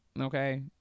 Okay